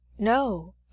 No